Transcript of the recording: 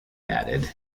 added